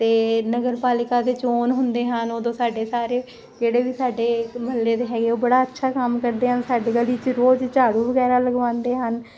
ਤੇ ਨਗਰ ਪਾਲਿਕਾ ਦੇ ਜੋਨ ਹੁੰਦੇ ਹਨ ਉਦੋਂ ਸਾਡੇ ਸਾਰੇ ਜਿਹੜੇ ਵੀ ਸਾਡੇ ਮਹੱਲੇ ਦੇ ਹੈਗੇ ਉਹ ਬੜਾ ਅੱਛਾ ਕੰਮ ਕਰਦੇ ਆ ਸਾਡੇ ਗਲੀ 'ਚ ਰੋਜ਼ ਝਾੜੂ ਵਗੈਰਾ ਲਗਵਾਉਂਦੇ ਹਨ